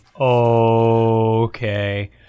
Okay